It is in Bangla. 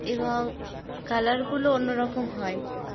এবং কালারগুলো অন্য রকম হয়